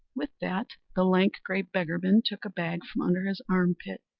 with that the lank, grey beggarman took a bag from under his arm-pit,